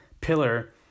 pillar